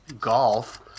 golf